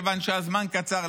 כיוון שהזמן קצר,